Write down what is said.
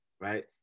right